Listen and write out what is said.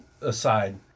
aside